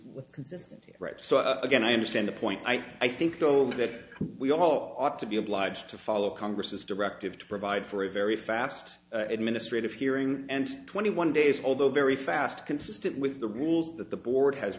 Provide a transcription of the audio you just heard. with consistency so again i understand the point i think though that we all ought to be obliged to follow congress's directive to provide for a very fast administrative hearing and twenty one days although very fast consistent with the rules that the board has